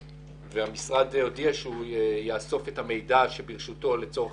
המשרד הודיע שהוא יאסוף את המידע שברשותו לצורך